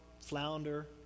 flounder